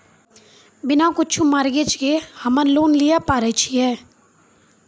बिना कुछो मॉर्गेज के हम्मय लोन लिये पारे छियै?